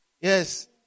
Yes